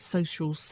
Social